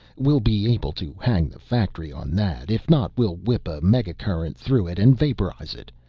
we'll be able to hang the factory on that. if not, we'll whip a mega-current through it and vaporize it.